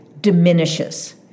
diminishes